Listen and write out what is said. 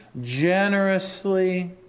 generously